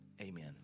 Amen